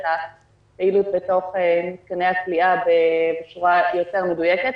הפעילות במתקני הכליאה בצורה יותר מדויקת.